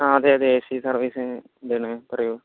ആ അതെ അതെ എ സി സർവീസ് എന്താണ് പറയൂ